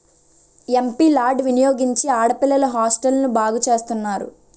MP lad వినియోగించి ఆడపిల్లల హాస్టల్ను బాగు చేస్తున్నారు